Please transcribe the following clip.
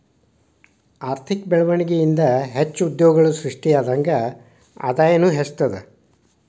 ಆರ್ಥಿಕ ಬೆಳ್ವಣಿಗೆ ಇಂದಾ ಹೆಚ್ಚು ಉದ್ಯೋಗಗಳು ಸೃಷ್ಟಿಯಾದಂಗ್ ಆದಾಯನೂ ಹೆಚ್ತದ